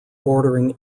bordering